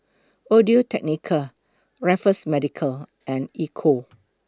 Audio Technica Raffles Medical and Ecco